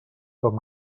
com